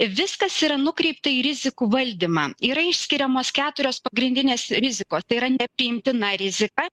viskas yra nukreipta į rizikų valdymą yra išskiriamos keturios pagrindinės rizikos tai yra nepriimtina rizika